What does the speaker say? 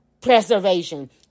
Preservation